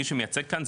מי שמייצג כאן,